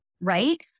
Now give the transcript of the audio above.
right